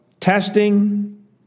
testing